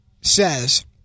says